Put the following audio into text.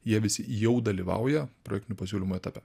jie visi jau dalyvauja projektinių pasiūlymų etape